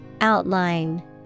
Outline